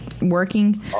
working